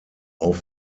auf